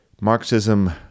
Marxism